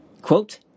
quote